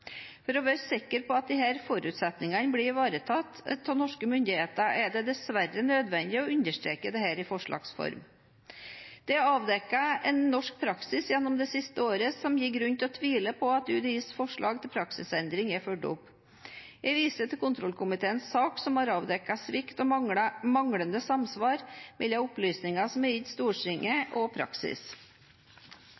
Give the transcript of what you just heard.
For å være sikker på at disse forutsetningene blir ivaretatt av norske myndigheter, er det dessverre nødvendig å understreke dette i forslags form. Det er avdekket en norsk praksis gjennom det siste året som gir grunn til å tvile på at UDIs forslag til praksisendring er fulgt opp. Jeg viser til kontrollkomiteens sak som har avdekket svikt og manglende samsvar mellom opplysninger som er gitt Stortinget og praksis.